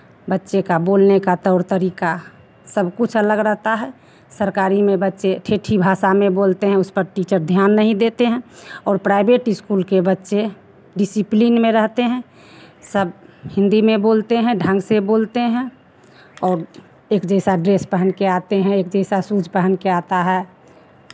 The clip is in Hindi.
बच्चे का बोलने का तौर तरीका सब कुछ अलग रहता है सरकारी में बच्चे ठेठी भाषा में बोलते हैं उस पर टीचर ध्यान नहीं देते हैं और प्राइवेट स्कूल के बच्चे डिसिप्लिन में रहते हैं सब हिन्दी में बोलते हैं ढंग से बोलते हैं और एक जैसा ड्रेस पहन कर आते हैं एक जैसा शूज़ पहन कर आता है